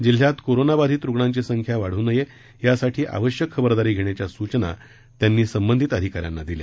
जिल्ह्यात कोरोना बाधित रुग्णांची संख्या वाढू नये यासाठी आवश्यक खबरदारी घेण्याच्या सूचना त्यांनी संबंधित अधिकाऱ्यांना दिल्या